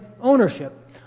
ownership